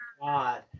god